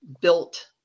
built